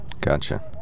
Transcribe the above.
Gotcha